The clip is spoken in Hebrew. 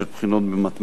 של הבחינות במתמטיקה.